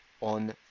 on